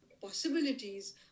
possibilities